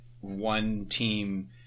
one-team